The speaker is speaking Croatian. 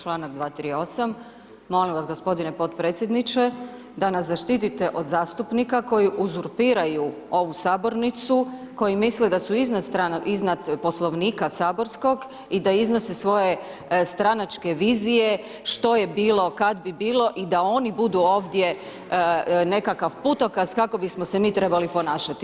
Članak 238., molim vas gospodine potpredsjedniče da nas zaštitite od zastupnika koji uzurpiraju ovu sabornicu, koji misle da su iznad Poslovnika saborskog i da iznose svoje stranačke vizije, što je bilo kad bi bilo i da oni budu ovdje nekakav putokaz kako bismo se mi trebali ponašati.